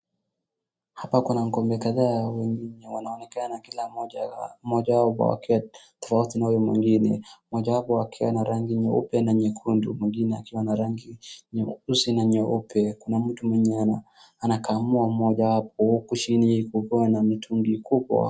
Hapa kuna ngombe kadhaa. Wengine wanaonekana kila moja wao wakati tofauti na huyo mwingine. Moja wapo akiwa na rangi nyeupe na nyekundu, mwingine akiwa na rangi nyeusi na nyeupe. Kuna mtu mwenye anakamua moja wapo kushini kukiwa na mitungi kubwa.